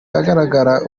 ahagaragara